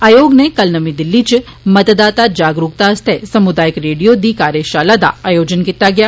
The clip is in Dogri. आयोग नै कल नमीं दिल्ली इच मतदाता जागरूकता आस्तै समुदायिक रेडियो दी कार्यषाला दा आयोजन कीता गेआ